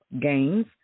gains